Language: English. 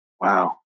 Wow